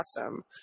awesome